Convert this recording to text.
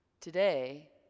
Today